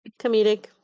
Comedic